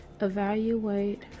Evaluate